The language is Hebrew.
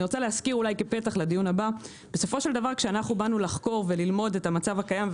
אני רוצה להזכיר כפתח לדיון הבא שעשינו מחקר לגבי המצב הקיים.